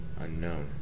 unknown